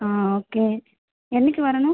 ஆ okay என்னைக்கு வரணும்